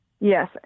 yes